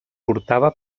portava